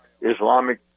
Islamic